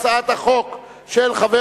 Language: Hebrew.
יעבור לוועדת, יש לך הצעה, חבר הכנסת